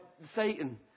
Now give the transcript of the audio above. Satan